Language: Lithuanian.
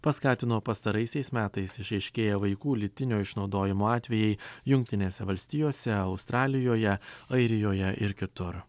paskatino pastaraisiais metais išaiškėję vaikų lytinio išnaudojimo atvejai jungtinėse valstijose australijoje airijoje ir kitur